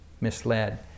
misled